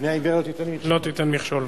בפני עיוור לא תיתן מכשול.